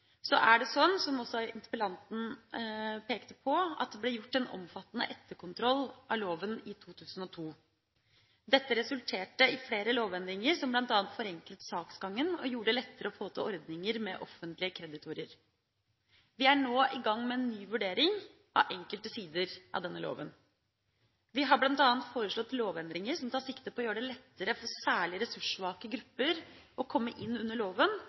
er det slik, som også interpellanten pekte på, at det ble gjort en omfattende etterkontroll av loven i 2002. Dette resulterte i flere lovendringer, som bl.a. forenklet saksgangen og gjorde det lettere å få til ordninger med offentlige kreditorer. Vi er nå i gang med en ny vurdering av enkelte sider av denne loven. Vi har bl.a. foreslått lovendringer som tar sikte på å gjøre det lettere for særlig ressurssvake grupper å komme inn under loven